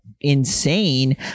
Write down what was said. insane